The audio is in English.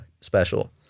special